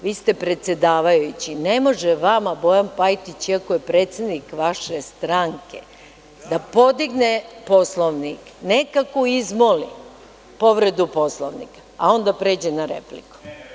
Vi ste predsedavajući, ne može vama Bojan Pajtić, iako je predsednik vaše stranke, da podigne Poslovnik i nekako izmoli povredu Poslovnika, a onda pređe na repliku.